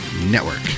Network